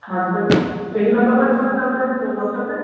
ਹਾਂਜੀ ਭਾਅ ਜੀ ਏਹੀ ਨੰਬਰ ਭਾਅ ਜੀ ਥੋਡਾ ਚਲਦਾ ਐ ਵਟਸਐਪ ਤੇ